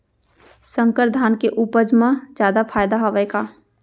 संकर धान के उपज मा जादा फायदा हवय का?